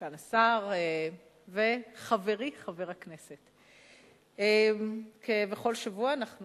סגן השר וחברי חבר הכנסת, כבכל שבוע אנחנו